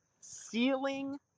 ceiling